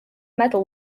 medal